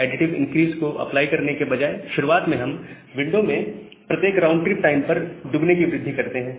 additive increase को apply करने के बजाए शुरुआत में हम विंडो में प्रत्येक राउंड ट्रिप टाइम पर दुगने की वृद्धि करते हैं